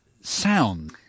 sound